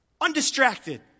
undistracted